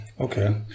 Okay